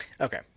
Okay